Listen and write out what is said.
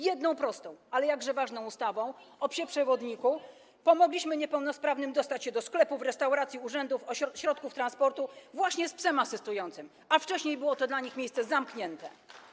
Jedną prostą, ale jakże ważną ustawą o psie przewodniku pomogliśmy niepełnosprawnym dostać się do sklepów, restauracji, urzędów i środków transportu - właśnie z psem asystującym - a wcześniej były to miejsca dla nich zamknięte.